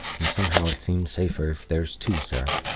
and somehow it seems safer if there's two, sir